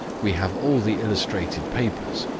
we have all the illustrated papers.